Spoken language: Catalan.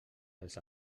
els